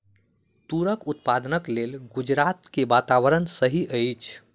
तूरक उत्पादनक लेल गुजरात के वातावरण सही अछि